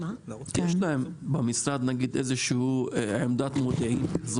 יש להם במשרד איזשהו עמדת מודיעין,